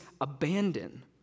abandon